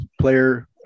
player